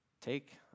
take